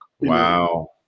Wow